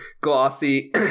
glossy